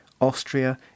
Austria